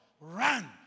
Run